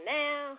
now